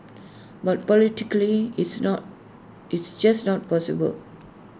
but politically it's not it's just not possible